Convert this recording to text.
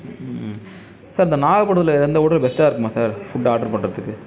sir இந்த நாகப்பட்டினத்தில் எந்த ஹோட்டல் பெஸ்ட்டாக இருக்குமா சார் ஃபுட் ஆர்ட்ரு பண்ணுறதுக்கு